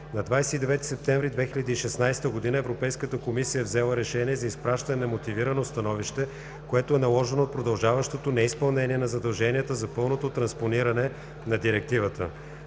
На 29 септември 2016 г. Европейската комисия е взела решение за изпращане на мотивирано становище, което е наложено от продължаващото неизпълнение на задълженията за пълното транспониране на Директивата.